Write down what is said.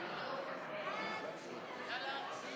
הצבעה, נו.